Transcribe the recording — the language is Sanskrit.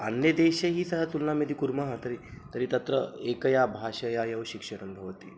अन्यदेशैः सह तुलनां यदि कुर्मः तर्हि तर्हि तत्र एकया भाषया एव शिक्षणं भवति